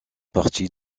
parties